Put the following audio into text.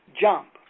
jump